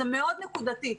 זה מאוד נקודתי.